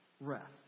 rest